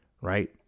Right